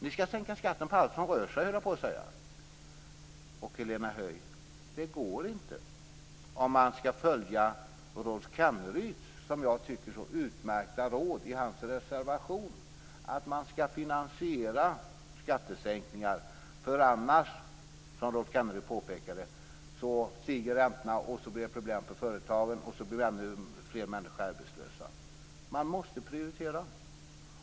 Ni skall sänka skatten på allt som rör sig, höll jag på att säga. Helena Höij, det går inte om man skall följa Rolf Kenneryds, som jag tycker, så utmärkta råd i hans reservation, att man skall finansiera skattesänkningar för annars stiger räntorna, vilket leder till problem för företagen och till att ännu fler människor blir arbetslösa. Man måste prioritera.